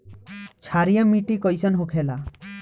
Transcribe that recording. क्षारीय मिट्टी कइसन होखेला?